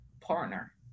partner